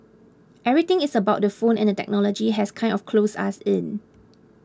everything is about the phone and the technology has kind of closed us in